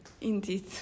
Indeed